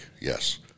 Yes